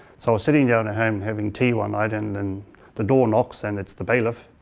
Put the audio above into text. so sitting down at home having tea one night and and the door knocks and it's the bailiff.